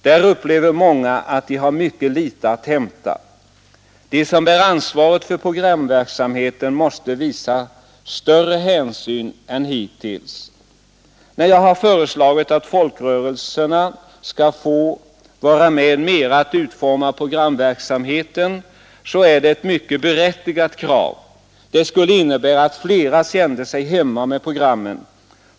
Där upplever många att de har mycket litet att hämta. De som bär ansvaret för programverksamheten måste visa större hänsyn än hittills. När jag har föreslagit att folkrörelserna skall få vara med mera att utforma programverksamheten, så är det ett mycket berättigat krav. Det skulle innebära att flera kände sig hemma med programmen.